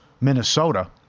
Minnesota